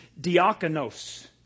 diakonos